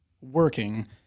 working